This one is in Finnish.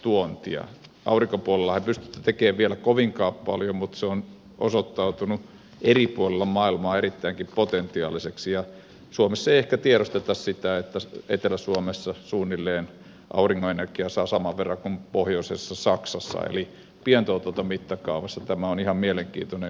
aurinkopuolellahan ei pystytä tekemään vielä kovinkaan paljoa mutta se on osoittautunut eri puolilla maailmaa erittäinkin potentiaaliseksi ja suomessa ei ehkä tiedosteta sitä että etelä suomessa aurinkoenergiaa saa suunnilleen saman verran kuin pohjoisessa saksassa eli pientuotantomittakaavassa tämä on ihan mielenkiintoinen kysymys